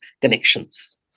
connections